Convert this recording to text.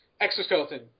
Exoskeleton